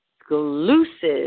exclusive